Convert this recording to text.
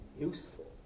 useful